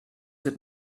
that